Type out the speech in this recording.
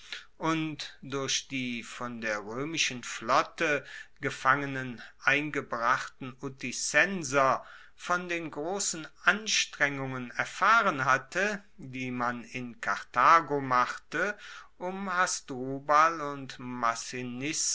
und durch die von der roemischen flotte gefangen eingebrachten uticenser von den grossen anstrengungen erfahren hatte die man in karthago machte um hasdrubal und